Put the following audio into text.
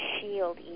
shield